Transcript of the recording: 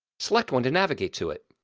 select one to navigate to it